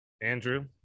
Andrew